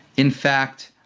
in fact,